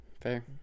Fair